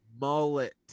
Mullet